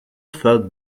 felt